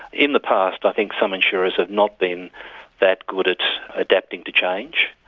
in the past i think some insurers have not been that good at adapting to change,